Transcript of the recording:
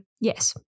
Yes